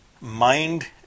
mind